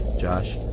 Josh